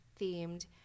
Themed